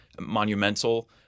monumental